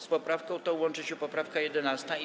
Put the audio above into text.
Z poprawką tą łączy się poprawka 11.